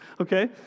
okay